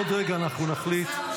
עוד רגע אנחנו נחליט.